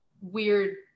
weird